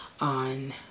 on